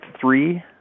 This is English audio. three